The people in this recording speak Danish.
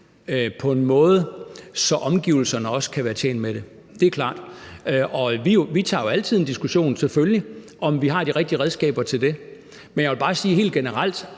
på en måde, så omgivelserne også kan være tjent med det. Det er klart. Vi tager jo selvfølgelig altid en diskussion af, om vi har de rigtige redskaber til det. Jeg vil bare sige, at